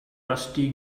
rusty